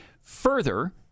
Further